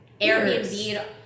Airbnb